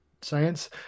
science